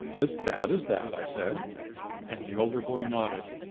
as bad as that i said and the older boy nodded.